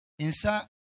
insa